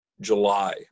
July